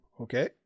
okay